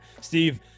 Steve